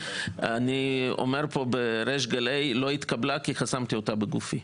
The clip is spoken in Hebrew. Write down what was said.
אני אומר כאן בריש גלי שהיא לא התקבלה כי אני חסמתי אותה בגופי.